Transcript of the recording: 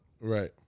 Right